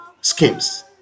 schemes